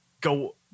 go